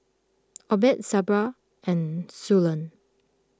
Obed Sabra and Suellen